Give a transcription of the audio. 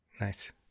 Nice